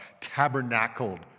tabernacled